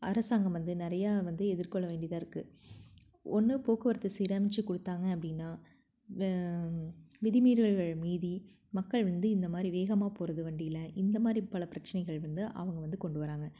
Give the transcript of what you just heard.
அரசாங்கம் வந்து நிறையா வந்து எதிர்கொள்ள வேண்டிதாக இருக்குது ஒன்று போக்குவரத்து சீர் அமைச்சி கொடுத்தாங்க அப்படின்னா வ விதி மீறல்கள் மீதி மக்கள் வந்து இந்த மாதிரி வேகமாக போவது வண்டியில் இந்த மாதிரி பல பிரச்சினைகள் வந்து அவங்க வந்து கொண்டு வராங்க